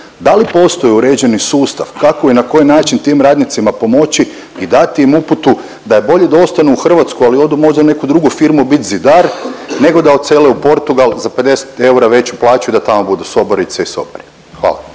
Da li postoji uređeni sustav kako i na koji način tim radnicima pomoći i dati im uputu da je bolje da ostanu u Hrvatsku, ali odu možda u neku drugu firmu bit zidar nego da odsele u Portugal za 50 eura veću plaću da tamo budu sobarice i sobari. Hvala.